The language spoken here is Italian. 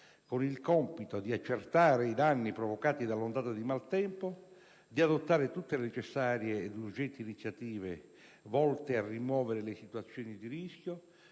con il compito di accertare i danni provocati dall'ondata di maltempo, di adottare tutte le necessarie ed urgenti iniziative volte a rimuovere le situazioni di rischio,